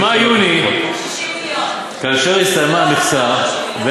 במאי-יוני, כאשר הסתיימה המכסה,